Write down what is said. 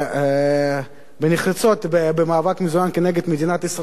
שפועלים בנחרצות במאבק מזוין כנגד מדינת ישראל.